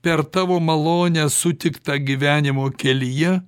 per tavo malonę sutiktą gyvenimo kelyje